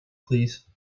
please